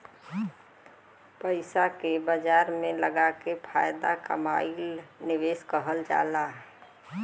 पइसा के बाजार में लगाके फायदा कमाएल निवेश कहल जाला